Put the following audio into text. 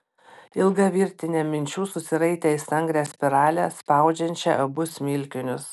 ilga virtinė minčių susiraitė į stangrią spiralę spaudžiančią abu smilkinius